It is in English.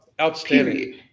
Outstanding